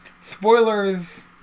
spoilers